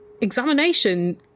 examination